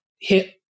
hit